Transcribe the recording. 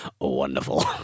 wonderful